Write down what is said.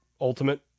ultimate